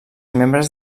membres